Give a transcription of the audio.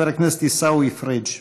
חבר הכנסת עיסאווי פריג'.